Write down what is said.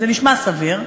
זה נשמע סביר.